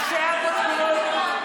משה אבוטבול,